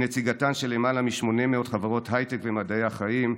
היא נציגתן של למעלה מ-800 חברות הייטק ומדעי החיים.